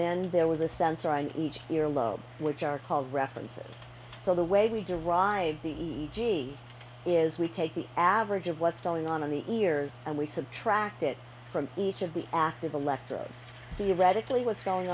then there was a sensor on each ear lobe which are called references so the way we derived e g is we take the average of what's going on in the ears and we subtract it from each of the active the electrodes theoretically what's going